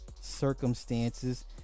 circumstances